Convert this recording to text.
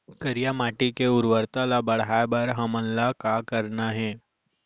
करिया माटी के उर्वरता ला बढ़ाए बर हमन ला का करना हे?